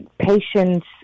patients